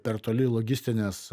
per toli logistinės